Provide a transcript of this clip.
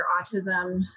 autism